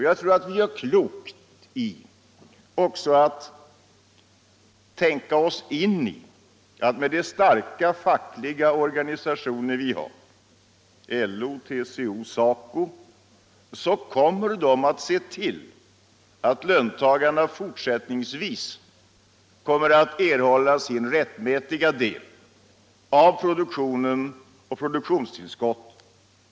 Jag tror vi gör klokt i att tänka på att våra starka fackliga organisationer, LO, TCO och SACO, kommer att se till att löntagarna i fortsättningen får sin rättmätiga del av produktionen och produktionstillskotten.